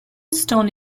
stone